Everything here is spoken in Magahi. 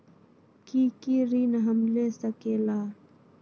की की ऋण हम ले सकेला?